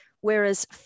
Whereas